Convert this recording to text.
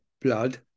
blood